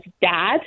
dad